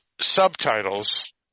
subtitles